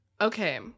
Okay